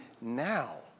now